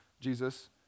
Jesus